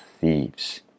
thieves